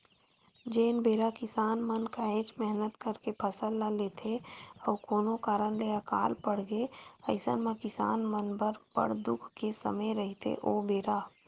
जेन बेरा किसान मन काहेच मेहनत करके फसल ल लेथे अउ कोनो कारन ले अकाल पड़गे अइसन म किसान मन बर बड़ दुख के समे रहिथे ओ बेरा